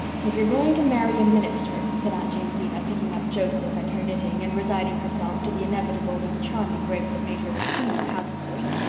if you are going to marry a minister, said aunt jamesina, picking up joseph and her knitting and resigning herself to the inevitable with the charming grace that made her the queen of housemothers,